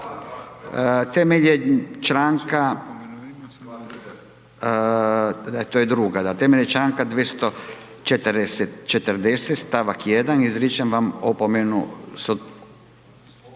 temeljem članka 240. stavak 1. izričem vam opomenu,